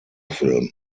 film